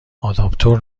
آداپتور